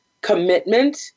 commitment